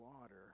water